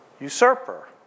usurper